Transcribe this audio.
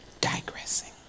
digressing